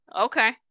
Okay